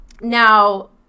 Now